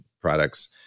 products